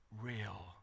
real